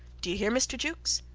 dye hear, mr. jukes?